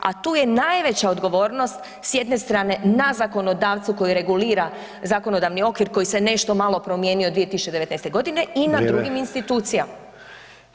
A tu je najveća odgovornost s jedne strane na zakonodavcu koji regulira zakonodavni okvir koji se nešto malo promijenio 2019. i na drugim institucijama.